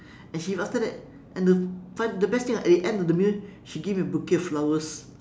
and she after that and the fun the best thing ah at the end of the meal she gave me a bouquet of flowers